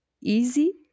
easy